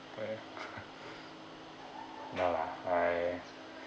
no lah I